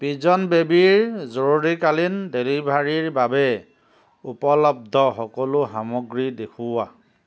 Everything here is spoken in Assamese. পিজন বেবীৰ জৰুৰীকালীন ডেলিভাৰীৰ বাবে উপলব্ধ সকলো সামগ্ৰী দেখুওৱা